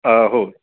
हो